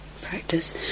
practice